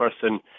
person